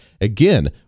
again